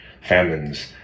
famines